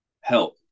help